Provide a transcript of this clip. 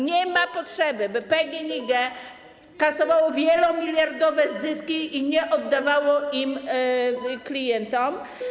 Nie ma potrzeby, by PGNiG kasowało wielomiliardowe zyski i nie oddawało ich klientom.